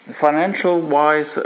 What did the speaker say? Financial-wise